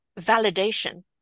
validation